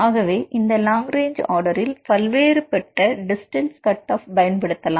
ஆகவே இந்த long range ஆர்டரில் பல்வேறுபட்ட டிஸ்டன்ஸ் கட் ஆஃப் பயன்படுத்தலாம்